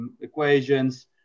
equations